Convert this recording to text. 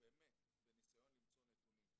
באמת בניסיון למצוא נתונים.